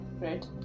right